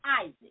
Isaac